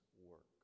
work